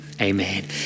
Amen